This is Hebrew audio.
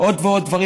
עוד ועוד דברים.